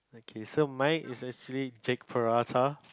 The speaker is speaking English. okay so mine is actually